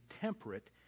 temperate